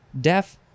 Deaf